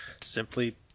simply